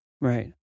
Right